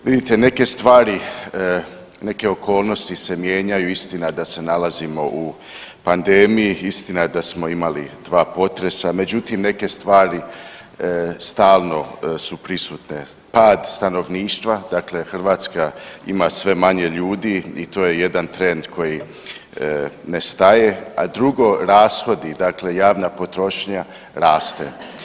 Vidite neke stvari i neke okolnosti se mijenjaju, istina da se nalazimo u pandemiji, istina da smo imali dva potresa, međutim neke stvari stalno su prisutne, pad stanovništva, dakle Hrvatska ima sve manje ljudi i to je jedan trend koji ne staje a drugo rashodi, dakle javna potrošnja raste.